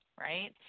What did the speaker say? right